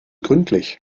gründlich